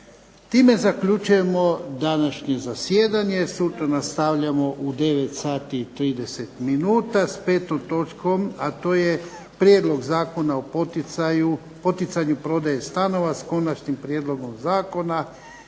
Time zaključujemo današnje zasjedanje. Sutra nastavljamo u 9,30 sati s 5. točkom, a to je Prijedlog Zakona o poticanju prodaje stanova s Konačnim prijedlogom zakona,